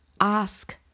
Ask